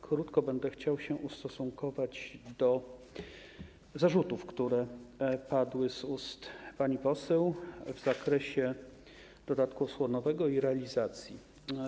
Krótko będę chciał ustosunkować się do zarzutów, które padły z ust pani poseł w zakresie dodatku osłonowego i realizacji wypłat.